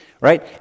Right